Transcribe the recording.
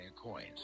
Coins